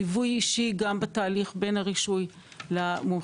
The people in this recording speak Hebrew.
ליווי אישי גם בתהליך בין הרישוי למומחיות,